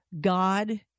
God